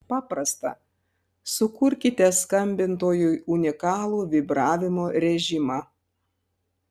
paprasta sukurkite skambintojui unikalų vibravimo režimą